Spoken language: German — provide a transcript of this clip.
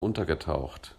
untergetaucht